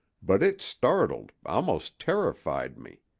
but it startled, almost terrified me.